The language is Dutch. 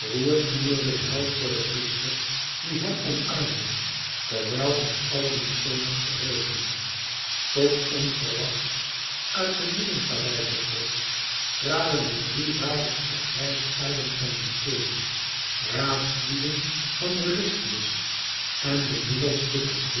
knielde de held voor den priester die hem omarmde terwijl zich alle mykenæërs verheugden tot onverwachts uit de middenpaleizepoort traden de drie waardigste grijsaarden van mykenæ raadslieden van eurystheus en de middelste tot